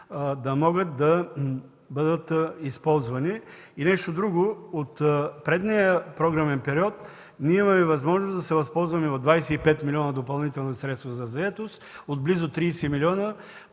да могат да бъдат използвани. Нещо друго – от предния програмен период имаме възможност да се възползваме от 25 милиона допълнителни средства за заетост, от близо 30 милиона